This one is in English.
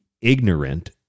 ignorant